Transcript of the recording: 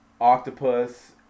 octopus